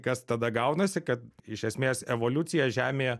kas tada gaunasi kad iš esmės evoliucija žemėje